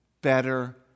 better